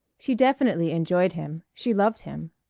she definitely enjoyed him she loved him.